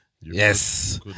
Yes